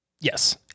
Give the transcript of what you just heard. Yes